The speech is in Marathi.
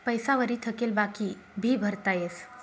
पैसा वरी थकेल बाकी भी भरता येस